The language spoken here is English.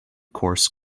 course